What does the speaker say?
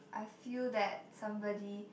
I feel that somebody